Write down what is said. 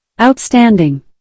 Outstanding